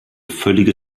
völlige